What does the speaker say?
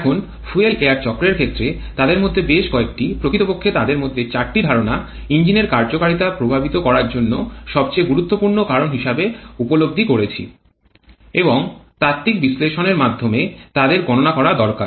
এখন fuel air চক্রের ক্ষেত্রে তাদের মধ্যে বেশ কয়েকটি প্রকৃতপক্ষে তাদের মধ্যে চারটি ধারণা ইঞ্জিনের কার্যকারিতা প্রভাবিত করার জন্য সবচেয়ে গুরুত্বপূর্ণ কারণ হিসাবে উপলব্ধি করেছি এবং তাত্ত্বিক বিশ্লেষণের মাধ্যমে তাদের গণনা করা দরকার